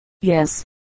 Yes